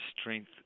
strength